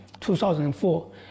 2004